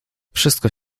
wszystko